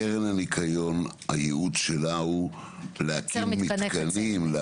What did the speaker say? קרן הניקיון הייעוד שלה הוא להקים מתקנים.